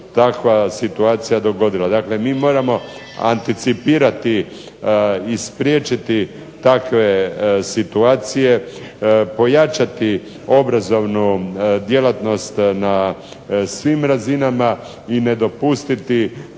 takva situacija dogodila. Dakle, mi moramo anticipirati i spriječiti takve situacije, pojačati obrazovnu djelatnost na svim razinama i ne dopustiti